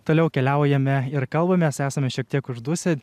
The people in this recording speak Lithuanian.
toliau keliaujame ir kalbamės esame šiek tiek uždusę